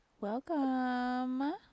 welcome